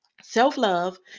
self-love